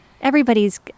Everybody's